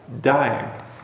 Dying